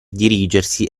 dirigersi